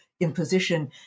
imposition